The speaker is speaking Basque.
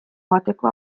joateko